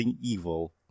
evil